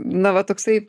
na va toksai